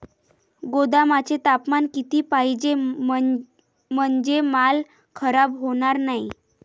गोदामाचे तापमान किती पाहिजे? म्हणजे माल खराब होणार नाही?